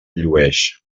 llueix